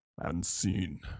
Unseen